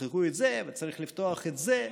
תפתחו את זה וצריך לפתוח את זה,